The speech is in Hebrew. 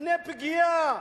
מפני פגיעה.